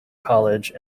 college